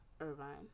Irvine